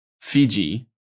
Fiji